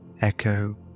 echo